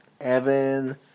Evan